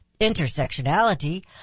Intersectionality